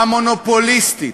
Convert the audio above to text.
המונופוליסטית,